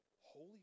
Holy